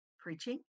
preaching